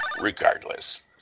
regardless